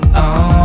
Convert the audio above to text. on